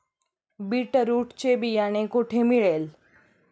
Beetroot चे बियाणे कोठे मिळेल?